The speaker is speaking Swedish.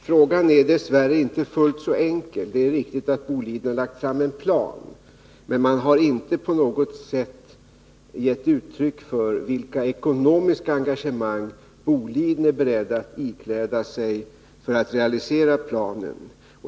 Fru talman! Fråga är dess värre inte fullt så enkel. Det är riktigt att Boliden har lagt fram en plan, men man har inte på något sätt givit uttryck för vilka ekonomiska engagemang man är beredd att ikläda sig för att realisera planen.